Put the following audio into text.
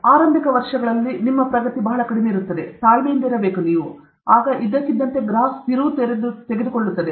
ಆರಂಭಿಕ ವರ್ಷಗಳಲ್ಲಿ ನಿಮ್ಮ ಪ್ರಗತಿ ಬಹಳ ಕಡಿಮೆ ಇರುತ್ತದೆ ನೀವು ತಾಳ್ಮೆಯಿಂದಿರಬೇಕು ಆಗ ಇದ್ದಕ್ಕಿದ್ದಂತೆ ಗ್ರಾಫ್ ತಿರುವು ತೆಗೆದುಕೊಳ್ಳುತ್ತದೆ ಅದು ಅಲ್ಲವೇ